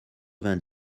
vingt